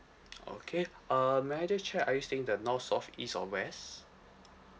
okay uh may I just check are you staying in the north south east or west